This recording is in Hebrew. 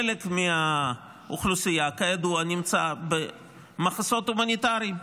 חלק מהאוכלוסייה, כידוע, נמצא במחסות הומניטריים.